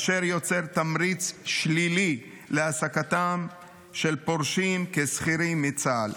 אשר יוצר תמריץ שלילי להעסקתם של פורשים כשכירים בצה"ל.